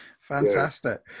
fantastic